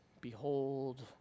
Behold